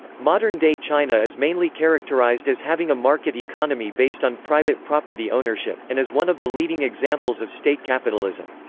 modern-day china is mainly characterized as having a market economy based on private property ownership, and is one of the leading examples of state capitalism.